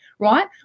Right